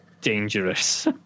dangerous